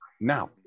now